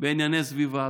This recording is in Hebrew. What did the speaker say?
בענייני סביבה,